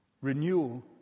Renewal